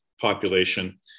population